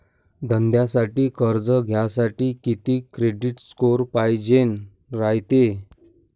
धंद्यासाठी कर्ज घ्यासाठी कितीक क्रेडिट स्कोर पायजेन रायते?